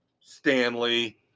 stanley